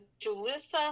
Julissa